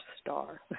Star